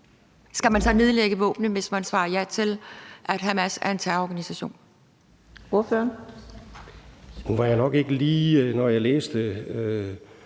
skal de nedlægge våbnene, hvis man svarer ja til, at Hamas er en terrororganisation?